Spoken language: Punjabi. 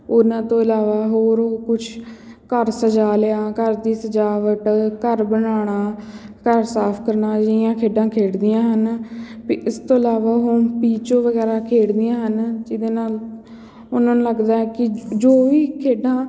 ਉਹਨਾਂ ਤੋਂ ਇਲਾਵਾ ਹੋਰ ਕੁਛ ਘਰ ਸਜਾ ਲਿਆ ਘਰ ਦੀ ਸਜਾਵਟ ਘਰ ਬਣਾਉਣਾ ਘਰ ਸਾਫ ਕਰਨਾ ਅਜਿਹੀਆਂ ਖੇਡਾਂ ਖੇਡਦੀਆਂ ਹਨ ਵੀ ਇਸ ਤੋਂ ਇਲਾਵਾ ਹੁਣ ਪੀਚੋ ਵਗੈਰਾ ਖੇਡਦੀਆਂ ਹਨ ਜਿਹਦੇ ਨਾਲ ਉਹਨਾਂ ਨੂੰ ਲੱਗਦਾ ਹੈ ਕਿ ਜੋ ਵੀ ਖੇਡਾਂ